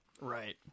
Right